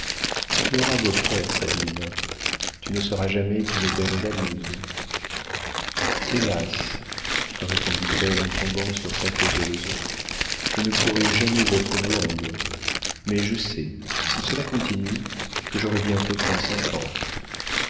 tu auras beau faire sabine tu ne seras jamais qu'une belle andalouse hélas répondit-elle en tombant sur sa causeuse je ne pourrai jamais être blonde mais je sais si cela continue que j'aurai bientôt trente-cinq ans